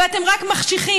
ואתם רק מחשיכים.